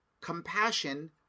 compassion